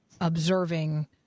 observing